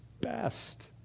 best